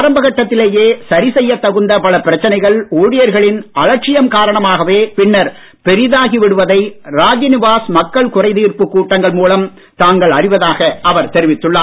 ஆரம்ப கட்டத்திலேயே சரிசெய்யத் தகுந்த பல பிரச்சனைகள் ஊழியர்களின் அலட்சியம் காரணமாகவே பின்னர் பெரிதாகி விடுவதை ராஜ்நிவாஸ் மக்கள் குறை தீர்ப்புக் கூட்டங்கள் மூலம் தாங்கள் அறிவதாக அவர் தெரிவித்துள்ளார்